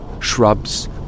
shrubs